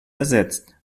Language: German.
ersetzt